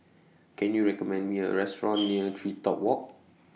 Can YOU recommend Me A Restaurant near TreeTop Walk